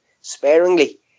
sparingly